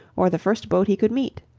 or the first boat he could meet.